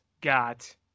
got